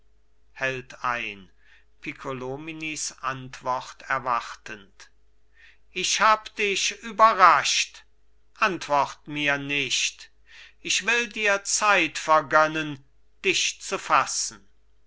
hält ein piccolominis antwort erwartend ich hab dich überrascht antwort mir nicht ich will dir zeit vergönnen dich zu fassen